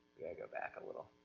go back a little.